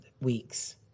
weeks